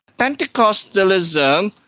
pentecostalism,